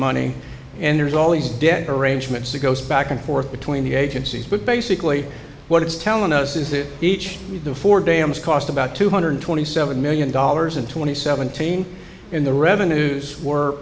money and there's all these debt arrangements that goes back and forth between the agencies but basically what it's telling us is that each we do for dams cost about two hundred twenty seven million dollars and twenty seventeen in the revenues were